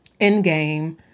Endgame